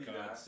God